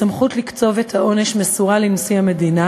הסמכות לקצוב את העונש מסורה לנשיא המדינה,